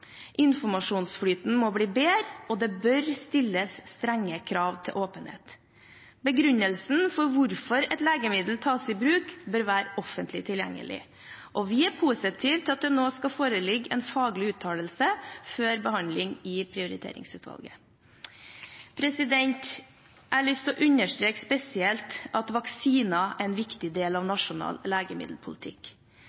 informasjonsflyten må bli bedre, og det bør stilles strenge krav til åpenhet. Begrunnelsen for hvorfor et legemiddel tas i bruk, bør være offentlig tilgjengelig. Vi er positive til at det nå skal foreligge en faglig uttalelse før behandling i Prioriteringsutvalget. Jeg har lyst til å understreke spesielt at vaksiner er en viktig del av